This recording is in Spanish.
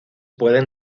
pueden